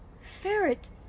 Ferret